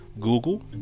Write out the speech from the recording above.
Google